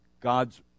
God's